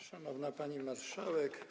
Szanowna Pani Marszałek!